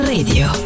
Radio